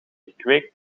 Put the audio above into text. gekweekt